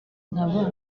nkaba